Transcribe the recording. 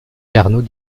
carnot